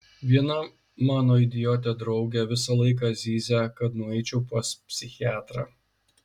viena mano idiotė draugė visą laiką zyzia kad nueičiau pas psichiatrą